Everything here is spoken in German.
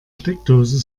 steckdose